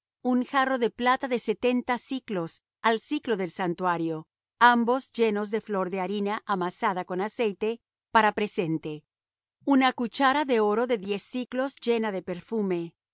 un jarro de plata de setenta siclos al siclo del santuario ambos llenos de flor de harina amasada con aceite para presente una cuchara de oro de diez siclos llena de perfume